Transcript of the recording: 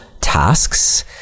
tasks